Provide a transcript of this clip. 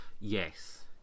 Yes